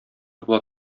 була